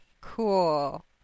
Cool